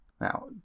Now